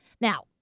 now